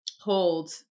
hold